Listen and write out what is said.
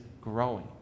growing